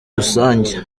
rusange